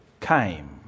came